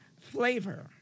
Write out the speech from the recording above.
flavor